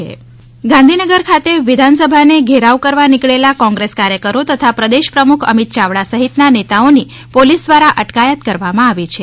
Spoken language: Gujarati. કોંગ્રેસ નેતાની અટકાયત ગાંધીનગર ખાતે વિધાનસભા ને ઘેરાવ કરવા નીકળેલા કોંગ્રેસ કાર્યકરો તથા પ્રદેશ પ્રમુખ અમિત ચાવડા સહિત ના નેતાઓ ની પોલિસ દ્વારા અટકાયત કરવામાં આવી છે